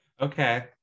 Okay